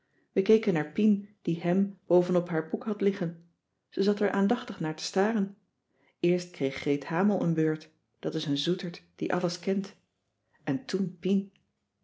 we keken naar pien die hem bovenop haar boek had liggen ze zat er aandachtig naar te staren eerst kreeg greet hamel een beurt dat is een zoeterd die alles kent en toen pien